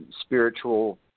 spiritual